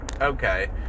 Okay